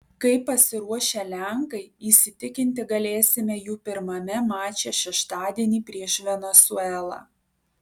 kaip pasiruošę lenkai įsitikinti galėsime jų pirmame mače šeštadienį prieš venesuelą